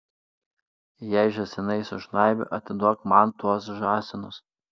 jei žąsinai sužnaibė atiduok man tuos žąsinus